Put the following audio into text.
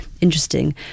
interesting